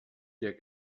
der